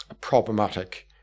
problematic